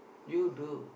you do